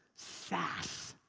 saas,